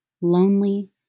lonely